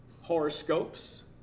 horoscopes